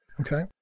Okay